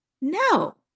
No